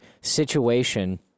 situation